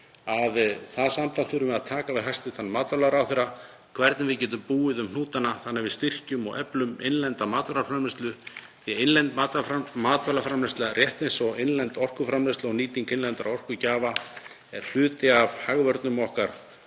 við að taka það samtal við hæstv. matvælaráðherra hvernig við getum búið um hnútana þannig að við styrkjum og eflum innlenda matvælaframleiðslu því að innlend matvælaframleiðsla, rétt eins og innlend orkuframleiðsla og nýting innlendra orkugjafa, er hluti af hagvörnum okkar